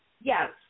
Yes